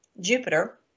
Jupiter